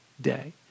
day